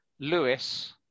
Lewis